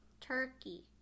Turkey